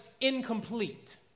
incomplete